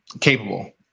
capable